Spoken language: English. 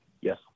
Yes